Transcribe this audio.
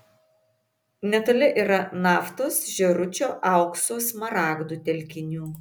netoli yra naftos žėručio aukso smaragdų telkinių